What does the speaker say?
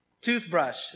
toothbrush